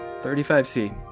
35C